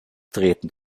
treten